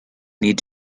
need